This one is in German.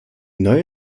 neue